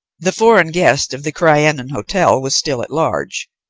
the foreign guest of the crianan hotel was still at large.